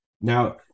Now